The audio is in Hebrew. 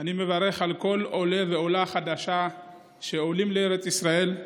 ואני מברך על כל עולה ועולה חדשים שעולים לארץ ישראל.